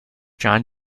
john